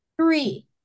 three